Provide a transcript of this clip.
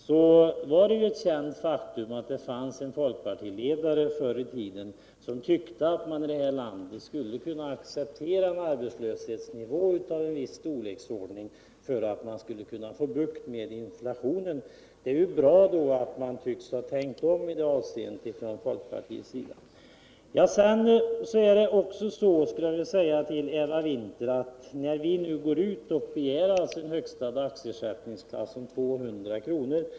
Det är ett känt faktum att det fanns en folkpartiledare förr i tiden som tyckte att man skulle kunna acceptera en arbetslöshetsnivå av viss storleksordning för att få bukt med inflationen. Det är ju bra att man från folkpartiets sida tycks ha tänkt om i det avseendet. Jag vill också säga till Eva Winther att när vi nu går ut och begär en högsta dagersättningsklass om 200 kr.